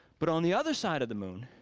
but on the other side of the moon,